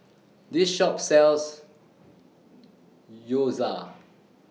This Shop sells Gyoza